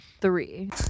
three